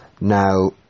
Now